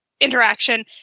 interaction